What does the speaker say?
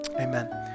Amen